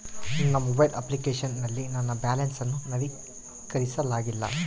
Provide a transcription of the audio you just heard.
ನನ್ನ mobile application ನಲ್ಲಿ ನನ್ನ ಬ್ಯಾಲೆನ್ಸ್ ಅನ್ನು ನವೀಕರಿಸಲಾಗಿಲ್ಲ